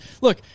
look